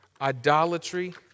idolatry